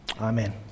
Amen